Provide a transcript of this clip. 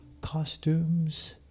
costumes